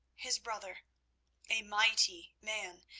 his brother a mighty man,